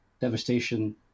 devastation